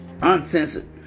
uncensored